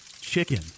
chicken